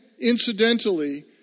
incidentally